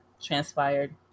transpired